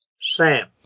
Sam